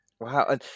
wow